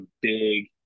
big